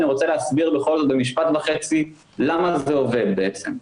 אני רוצה להסביר בכל זאת במשפט למה זה עובד בעצם.